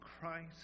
Christ